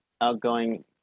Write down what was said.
outgoing